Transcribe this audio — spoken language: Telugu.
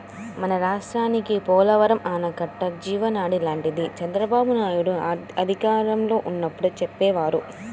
మన రాష్ట్రానికి పోలవరం ఆనకట్ట జీవనాడి లాంటిదని చంద్రబాబునాయుడు అధికారంలో ఉన్నప్పుడు చెప్పేవారు